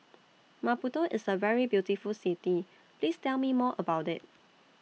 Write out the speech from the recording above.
Maputo IS A very beautiful City Please Tell Me More about IT